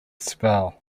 spell